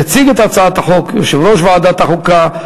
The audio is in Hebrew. יציג את הצעת החוק יושב-ראש ועדת החוקה,